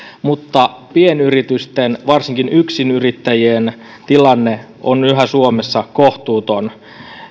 mutta pienyritysten varsinkin yksinyrittäjien tilanne on yhä suomessa kohtuuton